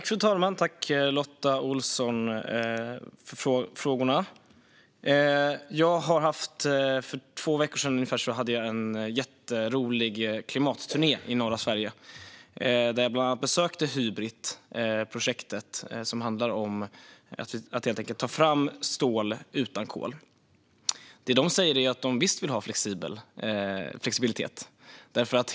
Fru talman! Tack, Lotta Olsson, för frågorna! För två veckor sedan gjorde jag en jätterolig klimatturné i norra Sverige där jag bland annat besökte Hybritprojektet, som handlar om att ta fram stål utan kol. De säger att de visst vill ha flexibilitet.